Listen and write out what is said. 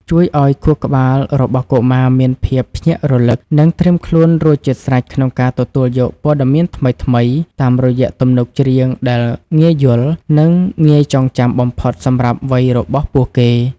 ជួយឱ្យខួរក្បាលរបស់កុមារមានភាពភ្ញាក់រលឹក និងត្រៀមខ្លួនរួចជាស្រេចក្នុងការទទួលយកព័ត៌មានថ្មីៗ តាមរយៈទំនុកច្រៀងដែលងាយយល់ និងងាយចងចាំបំផុតសម្រាប់វ័យរបស់ពួកគេ។